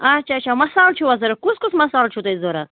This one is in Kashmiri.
اَچھا اَچھا مَسال چھُوا حظ ضروٗرت کُس کُس مَسال چھُو تۄہہِ ضروٗرت